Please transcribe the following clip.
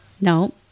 No